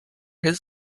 his